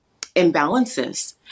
imbalances